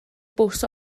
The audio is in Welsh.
bws